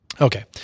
Okay